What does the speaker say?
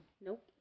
Nope